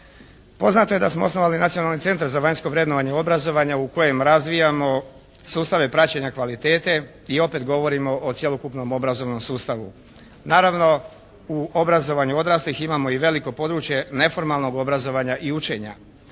Poznato je da smo osnovali Nacionalni centar za vanjsko vrednovanje obrazovanja u kojem razvijamo sustave praćenja kvalitete i opet govorimo o cjelokupnom obrazovnom sustavu. Naravno u obrazovanju odraslih imamo i veliko područje neformalnog obrazovanja i učenja.